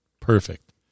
Perfect